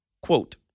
quote